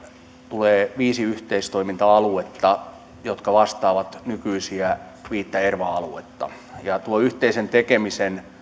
tulee viisi yhteistoiminta aluetta jotka vastaavat nykyisiä viittä erva aluetta tuo yhteisen tekemisen